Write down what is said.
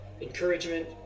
encouragement